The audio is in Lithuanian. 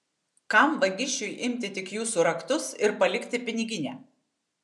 kam vagišiui imti tik jūsų raktus ir palikti piniginę